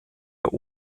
der